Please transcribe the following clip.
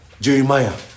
Jeremiah